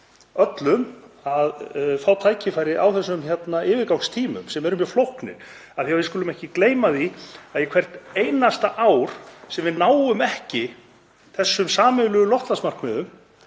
öllum að fá tækifæri á þessum yfirgangstímum sem eru mjög flóknir. Við skulum ekki gleyma því að hvert einasta ár sem við náum ekki þessum sameiginlegu loftslagsmarkmiðum